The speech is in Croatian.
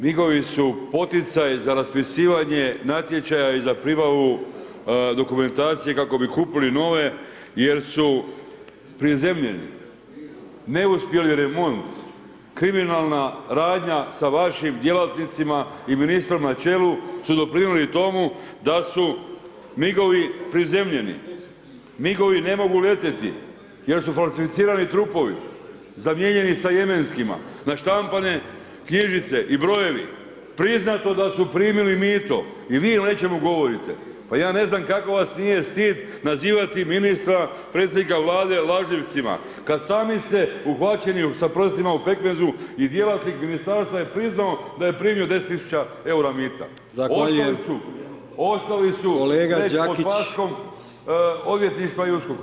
Migovi su poticaj za raspisivanje natječaja i za pribavu dokumentacije kako bi kupili nove jer su prizemljeni, neuspjeli remont, kriminalna radnja sa vašim djelatnicima i ministrom na čelu su doprinijeli tomu da su migovi prizemljeni, migovi ne mogu letjeti jer su falsificirani trupovi, zamijenjeni sa jemenskima, naštampane knjižice i brojevi, priznato da su primili mito i vi o nečemu govorite, pa ja ne znam kako vas nije stid nazivati ministra, predsjednika Vlade lažljivcima kad sami ste uhvaćeni sa prstima u pekmezu i djelatnik ministarstva je priznao da je primio 10 000 EUR-a mita [[Upadica: Zahvaljujem]] ostali su, ostali su [[Upadica: Kolega Đakić]] pod paskom odvjetništva i USKOK-a.